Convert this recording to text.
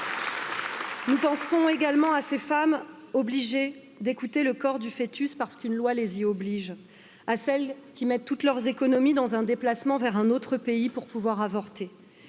Nous pensons également à ces femmes obligées d'écouter le corps du fœtus parce qu'une loi les yy oblige à celles qui mettent toutes leurs économies dans un déplacement vers un autre pays pour pouvoir avorter